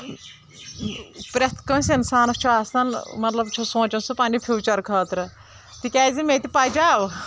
پرٛٮ۪تھ کٲنٛسہِ انسانس چھُ آسان مطلب چھُ سونٛچن سُہ پننہِ فیوٗچر خٲطرٕ تِکیٛازِ مےٚ تہِ پریاو